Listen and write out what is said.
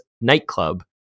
nightclub